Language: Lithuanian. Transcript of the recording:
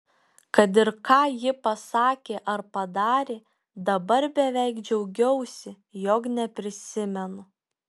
kad ir ką ji pasakė ar padarė dabar beveik džiaugiausi jog neprisimenu